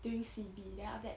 during C_B then after that